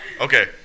Okay